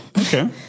okay